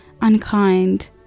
unkind